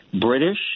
British